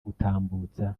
gutambutsa